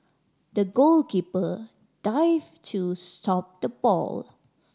the goalkeeper dived to stop the ball